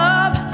up